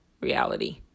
reality